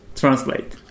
translate